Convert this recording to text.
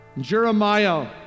Jeremiah